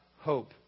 hope